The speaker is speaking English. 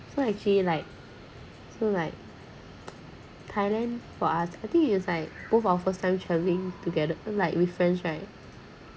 so actually like so like thailand for us I think it's like both of us first time travelling together like with friends right